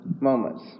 moments